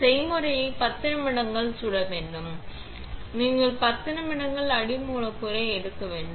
செய்முறையை 10 நிமிடங்கள் சுட வேண்டும் மேலும் நீங்கள் 10 நிமிடங்களில் அடி மூலக்கூறை எடுக்க வேண்டும்